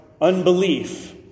unbelief